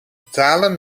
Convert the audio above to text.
betalen